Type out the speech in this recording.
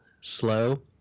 slow